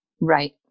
Right